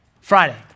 Friday